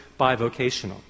bivocational